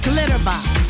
Glitterbox